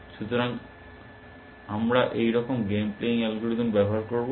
সুতরাং আমরা এইরকম গেম প্লেয়িং অ্যালগরিদম ব্যবহার করব